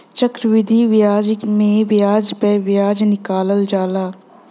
चक्रवृद्धि बियाज मे बियाज प बियाज निकालल जाला